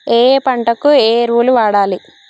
ఏయే పంటకు ఏ ఎరువులు వాడాలి?